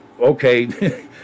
okay